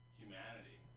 humanity